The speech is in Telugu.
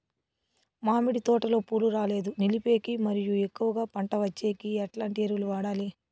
మామిడి తోటలో పూలు రాలేదు నిలిపేకి మరియు ఎక్కువగా పంట వచ్చేకి ఎట్లాంటి ఎరువులు వాడాలి?